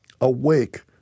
awake